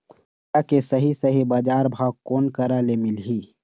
आदा के सही सही बजार भाव कोन करा से मिलही?